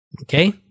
Okay